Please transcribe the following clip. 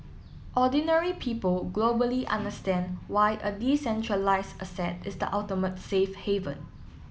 ordinary people globally understand why a decentralised asset is the ultimate safe haven